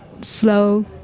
slow